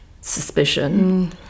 suspicion